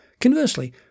Conversely